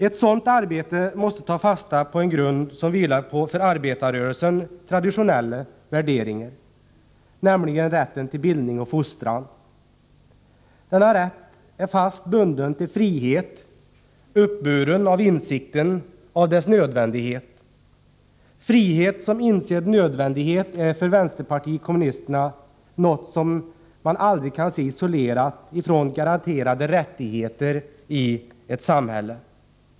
Ett sådant arbete måste ta fasta på en grund som vilar på för arbetarrörelsen traditionella värderingar, nämligen rätten till bildning och fostran. Denna rätt är fast bunden till frihet, uppburen av insikten av dess nödvändighet. Frihet som insedd nödvändighet är för vänsterpartiet kommunisterna något som man aldrig kan se isolerat från garanterade rättigheter i ett samhälle.